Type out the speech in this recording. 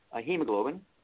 hemoglobin